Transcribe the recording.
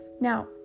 now